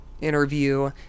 interview